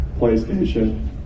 PlayStation